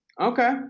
Okay